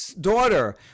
daughter